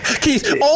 Keith